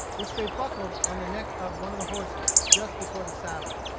which they buckled on the neck of one of the horses just before the saddle.